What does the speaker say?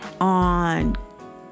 on